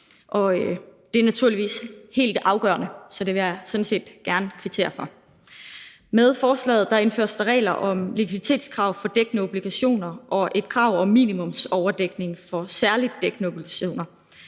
det er naturligvis helt afgørende, så det vil jeg sådan set gerne kvittere for. Med forslaget indføres der regler om likviditetskrav for dækkede obligationer og et krav om minimumsoverdækning for særligt dækkede obligationer.